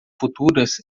futuras